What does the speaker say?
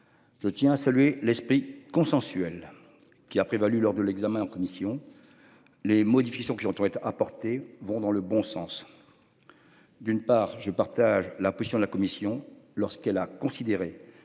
Je tiens à saluer l'esprit consensuel qui a prévalu lors de l'examen en commission. Les modifications qui ont été apportées vont dans le bon sens. D'une part je partage la position de la Commission lorsqu'elle a considéré